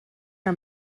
her